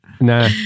No